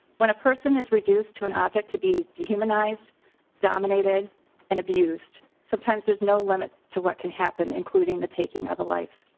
when a person is reduced to an object to be dehumanized dominated and abused sometimes there's no limit to what can happen including the taking of a life.